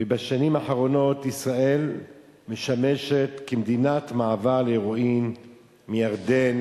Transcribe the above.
ובשנים האחרונות ישראל משמשת כמדינת מעבר להירואין מירדן,